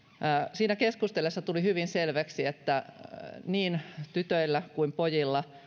siinä keskustellessa tuli hyvin selväksi että niin tytöillä kuin pojilla